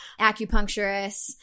acupuncturist